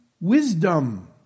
Wisdom